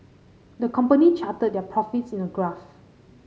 the company charted their profits in a graph